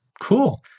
Cool